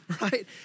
right